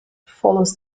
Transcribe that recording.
follows